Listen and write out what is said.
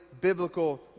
biblical